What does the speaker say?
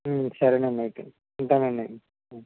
సరే అండి అయితే ఉంటానండి